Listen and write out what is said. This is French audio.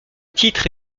titre